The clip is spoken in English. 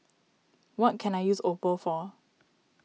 what can I use Oppo for